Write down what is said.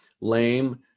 lame